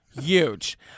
Huge